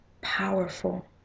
powerful